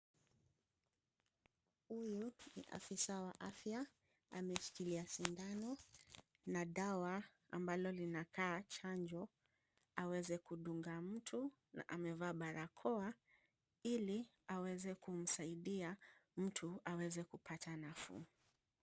Huyu ni afisa wa afya, ameshikilia sindano na dawa ambalo linakaa chanjo aweze kudunga mtu. Amevaa barakoa ili aweze kumsaidia mtu aweze kupata nafuu.